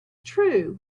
true